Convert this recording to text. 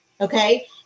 Okay